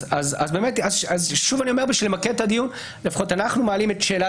אני אומר כדי למקד את הדיון שלפחות אנחנו מעלים את שאלת